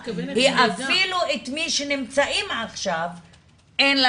היא אפילו את מי שנמצאים עכשיו אין לה